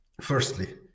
firstly